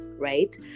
right